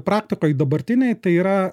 praktikoj dabartinėj tai yra